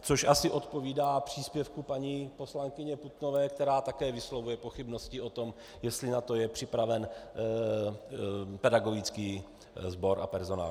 Což asi odpovídá příspěvku paní poslankyně Putnové, která také vyslovuje pochybnosti o tom, jestli na to je připraven pedagogický sbor a personál.